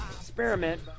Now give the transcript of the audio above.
Experiment